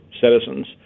citizens